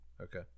Okay